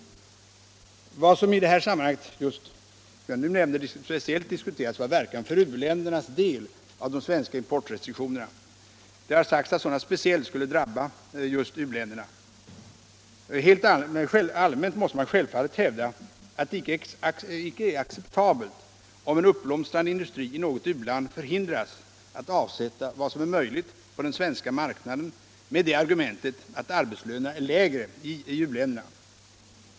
Vad som i detta sammanhang speciellt diskuterades var som sagt verkan för u-ländernas del av de svenska importrestriktionerna. Det har sagts att sådana restriktioner särskilt skulle drabba just u-länderna. Helt allmänt måste man självfallet hävda att det icke är acceptabelt om en uppblomstrande industri i något u-land hindras från att avsätta vad som är möjligt på den svenska marknaden med det argumentet att arbetslönerna är lägre i u-länderna.